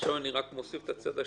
עכשיו אני מוסיף את הצד השני.